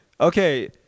okay